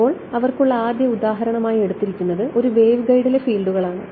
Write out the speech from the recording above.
അതിനാൽ അവർക്ക് ഉള്ള ആദ്യ ഉദാഹരണം ആയി എടുത്തിരിക്കുന്നത് ഒരു വേവ്ഗൈഡിലെ ഫീൽഡുകൾ ആണ്